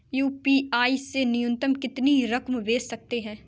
UPI से न्यूनतम कितनी रकम भेज सकते हैं?